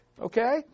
okay